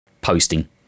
posting